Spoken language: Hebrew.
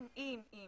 אם אם אם